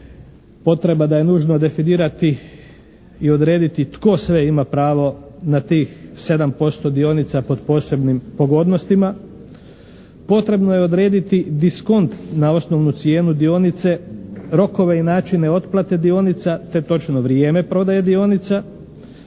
Potrebno je odrediti diskont na osnovnu cijenu dionice, rokove i načine otplate dionice, te točno vrijeme prodaje dionica.